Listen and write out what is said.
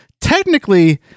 technically